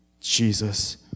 Jesus